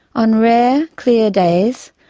on rare, clear days,